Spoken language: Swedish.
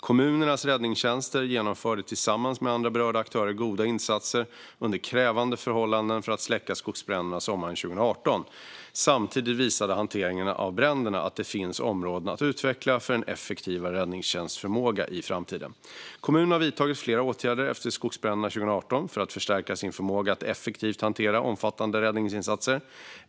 Kommunernas räddningstjänster genomförde tillsammans med andra berörda aktörer goda insatser under krävande förhållanden för att släcka skogsbränderna sommaren 2018. Samtidigt visade hanteringen av bränderna att det finns områden att utveckla för en effektivare räddningstjänstförmåga i framtiden. Kommunerna har vidtagit flera åtgärder efter skogsbränderna 2018 för att förstärka sin förmåga att effektivt hantera omfattande räddningsinsatser.